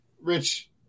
Rich